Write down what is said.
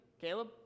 caleb